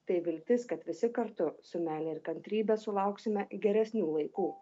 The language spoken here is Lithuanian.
tai viltis kad visi kartu su meile ir kantrybe sulauksime geresnių laikų